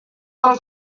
pel